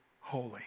holy